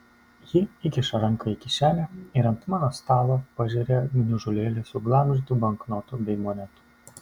ji įkiša ranką į kišenę ir ant mano stalo pažeria gniužulėlį suglamžytų banknotų bei monetų